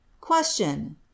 Question